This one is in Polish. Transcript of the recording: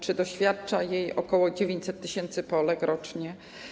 Czy doświadcza jej ok. 900 tys. Polek rocznie?